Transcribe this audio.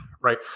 right